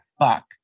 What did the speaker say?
fuck